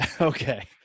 Okay